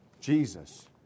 Jesus